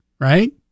right